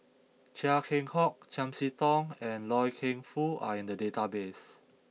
Chia Keng Hock Chiam See Tong and Loy Keng Foo are in the database